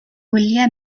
wyliau